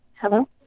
Hello